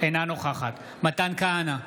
אינה נוכחת מתן כהנא,